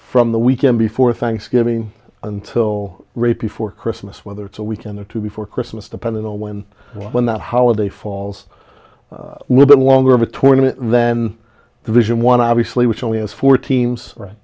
from the weekend before thanksgiving until rate before christmas whether it's a weekend or two before christmas depending on when when that holiday falls the longer of a tournament and then division one obviously which only has four teams